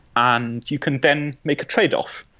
and you can then make a tradeoff.